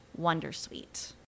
Wondersuite